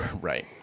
Right